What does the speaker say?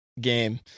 game